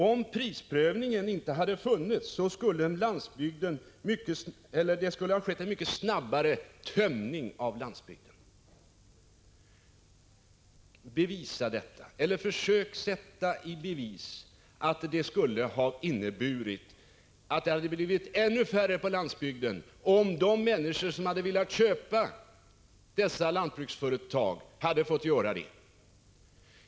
Om prisprövningen inte hade funnits, skulle det ha skett en mycket snabbare tömning av landsbygden, säger Karl Erik Olsson. Försök att leda i bevis att det skulle ha blivit färre boende på landsbygden, om de människor som hade velat köpa dessa lantbruksföretag hade fått göra det!